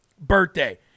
birthday